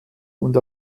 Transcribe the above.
und